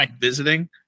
visiting